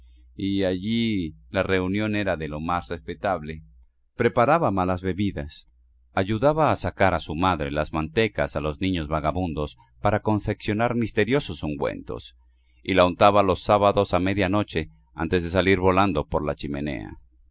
según afirmaban en la taberna testigos presenciales y allí la reunión era de lo más respetable preparaba malas bebidas ayudaba a sacar a su madre las mantecas a los niños vagabundos para confeccionar misteriosos ungüentos y la untaba los sábados a media noche antes de salir volando por la chimenea